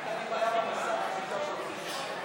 בממשלה לא נתקבלה.